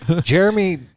Jeremy